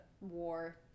war